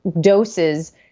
doses